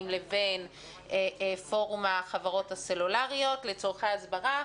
לבין פורום החברות הסלולריות לצרכי הסברה,